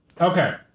Okay